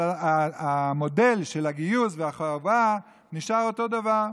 אבל המודל של הגיוס ושל החובה נשאר אותו דבר.